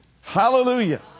Hallelujah